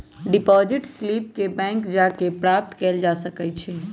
deposit slip के bank जा कऽ प्राप्त कएल जा सकइ छइ